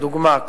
לדוגמה,